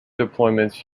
deployments